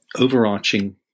overarching